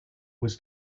was